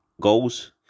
goals